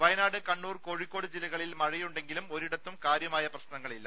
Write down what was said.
വയനാട് കണ്ണൂർ കോഴിക്കോട് ജില്ലകളിൽ മഴ യുണ്ടെങ്കിലും ഒരിടത്തും കാര്യമായ പ്രശ്നങ്ങളില്ല